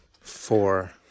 Four